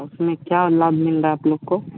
उसमें क्या लाभ मिल रहा है आप लोग को